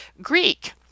Greek